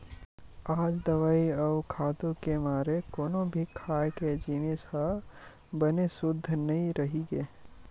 आज दवई अउ खातू के मारे कोनो भी खाए के जिनिस ह बने सुद्ध नइ रहि गे